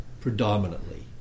predominantly